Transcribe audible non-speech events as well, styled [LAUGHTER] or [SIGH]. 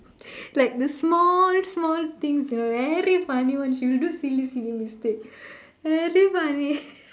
[LAUGHS] like the small small things you know very funny one she'll do silly silly mistake very funny